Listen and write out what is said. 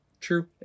True